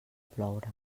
ploure